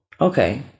Okay